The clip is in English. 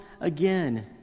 again